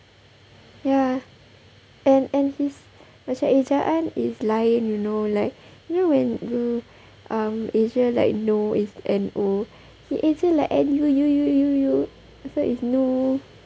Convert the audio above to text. ya and and his macam ejaan is lain you know like you know when you um eja like no is N O he eja like N U U U U U so it's nuuuuu